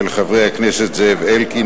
של חברי הכנסת זאב אלקין,